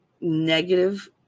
negative